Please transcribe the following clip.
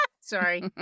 Sorry